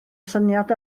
syniad